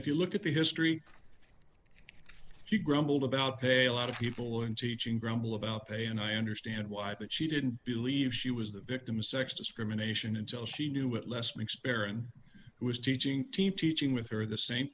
if you look at the history she grumbled about pay a lot of people in teaching grumble about pay and i understand why but she didn't believe she was the victim of sex discrimination until she knew it less mcfarren who was teaching team teaching with her the same